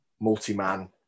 multi-man